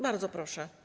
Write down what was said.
Bardzo proszę.